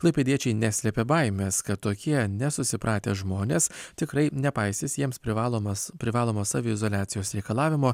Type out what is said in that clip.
klaipėdiečiai neslėpė baimės kad tokie nesusipratę žmonės tikrai nepaisys jiems privalomas privalomos saviizoliacijos reikalavimo